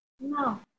No